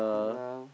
!walao!